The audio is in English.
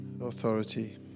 authority